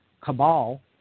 cabal